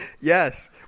Yes